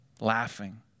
laughing